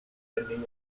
depending